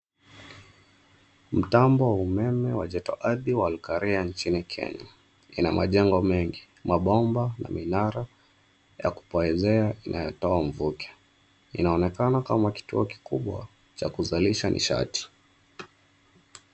Mtambo wa umeme wa joto ardhi wa Olkaria nchini Kenya. Una majengo mengi. Mabomba na minara ya kupoezea inatoa mvuke. Inaonekana kama kituo kikubwa cha kuzalisha nishati.